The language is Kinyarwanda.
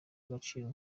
agaciro